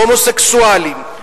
הומוסקסואלים,